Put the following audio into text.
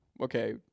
okay